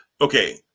okay